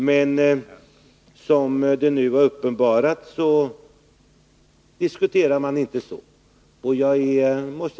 Men nu har det uppenbarats att ni inte diskuterar på det sättet.